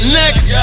next